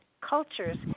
cultures